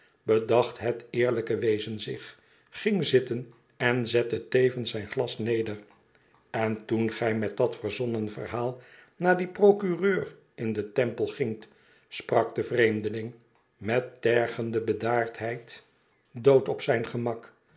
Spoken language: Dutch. bedacht het eerlijke wezen zich ging zitten en zette tevens zijn glas neder n toen gij met dat verzonnen verhaal naar dien procureur in den temple gingt sprak de vreemdeling met tergende bedaardheid dood op zijn emak